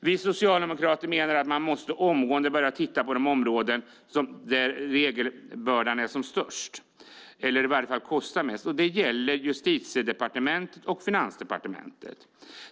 Vi socialdemokrater menar att man omgående måste börja titta på de områden där regelbördan är som störst eller i varje fall kostar mest. Det gäller Justitiedepartementet och Finansdepartementet.